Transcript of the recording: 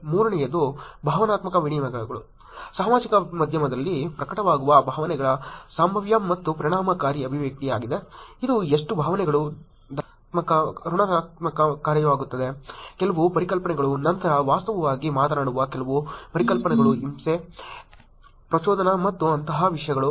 ಮೂರನೆಯದು ಭಾವನಾತ್ಮಕ ವಿನಿಮಯಗಳು ಸಾಮಾಜಿಕ ಮಾಧ್ಯಮದಲ್ಲಿ ಪ್ರಕಟವಾಗುವ ಭಾವನೆಗಳ ಸ್ವಭಾವ ಮತ್ತು ಪರಿಣಾಮಕಾರಿ ಅಭಿವ್ಯಕ್ತಿಯಾಗಿದೆ ಇದು ಎಷ್ಟು ಭಾವನೆಗಳು ಧನಾತ್ಮಕ ಋಣಾತ್ಮಕವಾಗಿರುತ್ತದೆ ಕೆಲವು ಪರಿಕಲ್ಪನೆಗಳು ನಂತರ ವಾಸ್ತವವಾಗಿ ಮಾತನಾಡುವ ಕೆಲವು ಪರಿಕಲ್ಪನೆಗಳು ಹಿಂಸೆ ಪ್ರಚೋದನೆ ಮತ್ತು ಅಂತಹ ವಿಷಯಗಳು